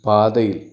പാതയിൽ